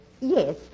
Yes